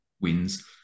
wins